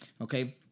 Okay